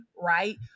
right